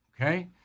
okay